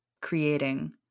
creating